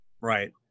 Right